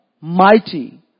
mighty